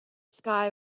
sky